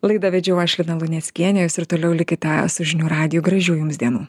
laidą vedžiau aš lina luneckienė jūs ir toliau likite su žinių radiju gražių jums dienų